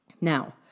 Now